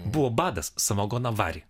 buvo badas samagoną varė